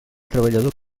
treballador